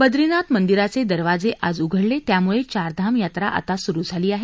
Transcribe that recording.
बद्रीनाथ मंदिराचे दरवाजे आज उघडले त्यामुळे चारधाम यात्रा आता सुरू झाली आहे